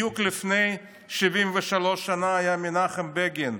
בדיוק לפני 73 שנה, היה מנחם בגין.